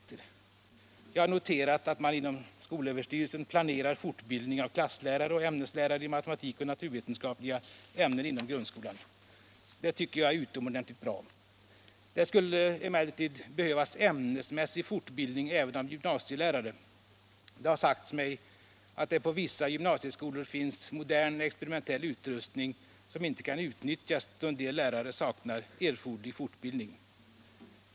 Jag har vidare noterat att man inom skolöverstyrelsen planerar fortbildning av klasslärare och ämneslärare i matematik och naturvetenskapliga ämnen inom grundskolan, och det tycker jag är utomordentligt bra. Det skulle emellertid behövas ämnesmässig fortbildning även av gym nasielärare. Det har sagts mig att det på vissa gymnasieskolor finns modern experimentell utrustning som inte kan utnyttjas, då en del lärare saknar erforderlig fortbildning.